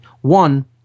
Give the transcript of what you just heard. One